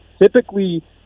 Typically